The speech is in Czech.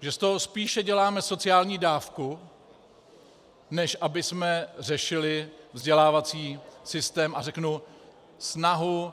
Že z toho spíše děláme sociální dávku, než abychom řešili vzdělávací systém, a řeknu, snahu,